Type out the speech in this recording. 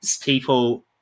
people